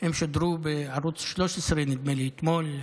הן שודרו בערוץ 13, נדמה לי, אתמול.